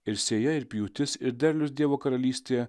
ir sėja ir pjūtis ir derliaus dievo karalystėje